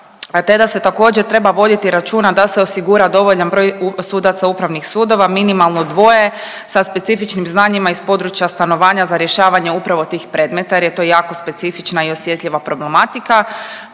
te da se također treba voditi računa da se osigura dovoljan broj sudaca upravnih sudova, minimalno dvoje, sa specifičnim znanjima iz područja stanovanja za rješavanje upravo tih predmeta jer je to jako specifična i osjetljiva problematika,